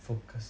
focus